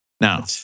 Now